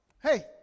Hey